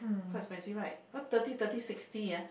quite expensive right cause thirty thirty sixty ah